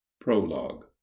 Prologue